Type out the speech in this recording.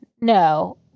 No